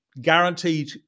Guaranteed